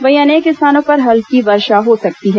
वहीं अनेक स्थानों पर हल्की वर्षा हो सकती है